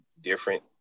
different